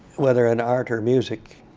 whether in art or music,